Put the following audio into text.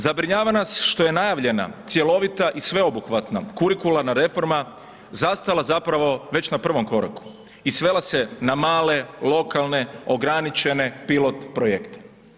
Zabrinjava nas što je najavljena cjelovita i sveobuhvatna kurikularna reforma, zastala zapravo već na prvom koraku i svela se na male, lokalne, ograničene pilot projekte.